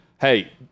hey